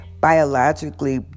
biologically